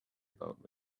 about